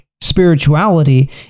spirituality